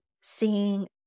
seeing